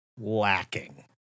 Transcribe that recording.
lacking